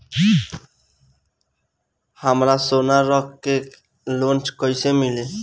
हमरा सोना रख के लोन कईसे मिली?